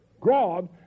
God